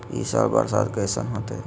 ई साल बरसात कैसन होतय?